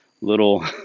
little